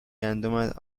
گندمت